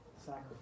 sacrifice